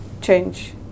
change